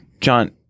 John